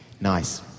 nice